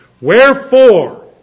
Wherefore